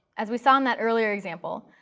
as we saw in that earlier example,